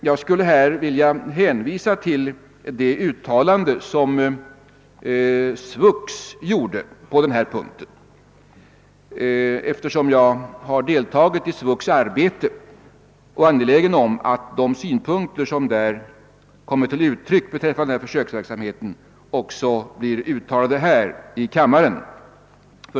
Jag skulle vilja hänvisa till det uttalande som SVUX gjort på denna punkt, eftersom jag har deltagit i SVUX:s arbete och är angelägen om att de synpunkter som där kommit till uttryck beträffande försöksverksamheten också blir uttalade här i kammaren.